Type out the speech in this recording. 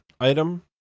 item